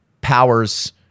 powers